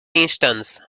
instance